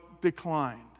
declined